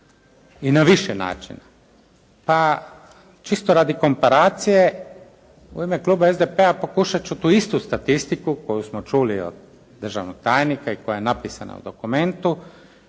i na više načina. Pa čisto radi komparacije u ime kluba SDP-a pokušat ću tu istu statistiku koju smo čuli od državnog tajnika i koja je napisana u dokumentu